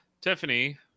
tiffany